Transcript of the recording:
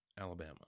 Alabama